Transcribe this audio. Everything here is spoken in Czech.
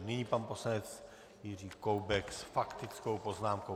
Nyní pan poslanec Jiří Koubek s faktickou poznámkou.